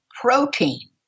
protein